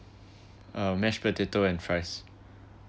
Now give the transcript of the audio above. uh mashed potato and fries